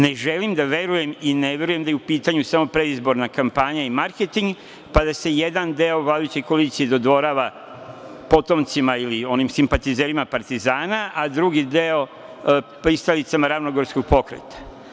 Ne želim da verujem i ne verujem da je u pitanju samo predizborna kampanja i marketing, pa da se jedan deo vladajuće koalicije dodvorava potomcima ili onim simpatizerima partizana, a drugi deo pristalicama ravnogorskog pokreta.